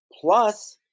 plus